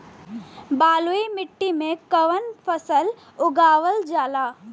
बलुई मिट्टी में कवन फसल उगावल जाला?